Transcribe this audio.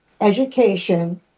education